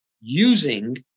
using